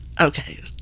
Okay